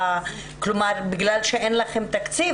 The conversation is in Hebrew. כלומר בגלל שאין לכן תקציב,